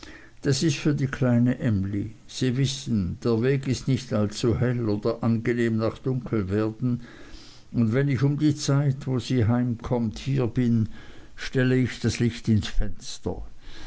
das ist für die kleine emly sie wissen der weg ist nicht allzu hell oder angenehm nach dunkelwerden und wenn ich um die zeit wo sie heimkommt hier bin stell ich das licht ins fenster